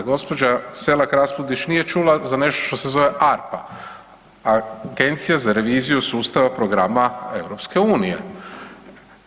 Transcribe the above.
Gđa. Selak Raspudić nije čula za nešto što se zove ARPA, Agencija za reviziju sustava programa EU-a.